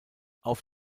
auf